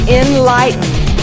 enlightened